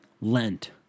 Lent